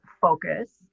focus